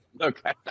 Okay